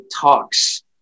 talks